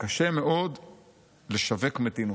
שקשה מאוד לשווק מתינות.